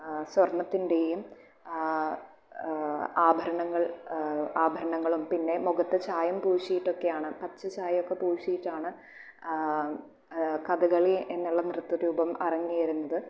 സ്വർണത്തിൻ്റെയും ആഭരണങ്ങൾ ആഭരണങ്ങളും പിന്നെ മുഖത്ത് ചായം പൂശിയിട്ടൊക്കെയാണ് പച്ച ചായമൊക്കെ പൂശിയിട്ടാണ് കഥകളി എന്നുള്ള നൃത്ത രൂപം അരങ്ങേറുന്നത്